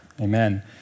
Amen